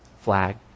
flag